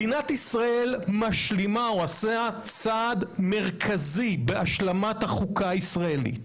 מדינת ישראל עושה צעד מרכזי בהשלמת החוקה הישראלית,